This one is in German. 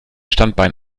standbein